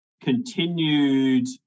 continued